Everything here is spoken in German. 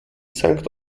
sankt